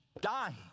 dying